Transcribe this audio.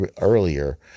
Earlier